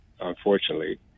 unfortunately